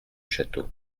château